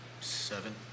seven